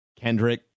kendrick